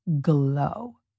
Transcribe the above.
glow